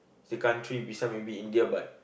it's a country beside maybe India but